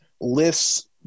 lists